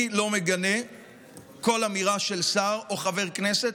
אני לא מגנה כל אמירה של שר או חבר כנסת.